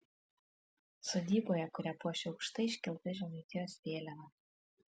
sodyboje kurią puošia aukštai iškelta žemaitijos vėliava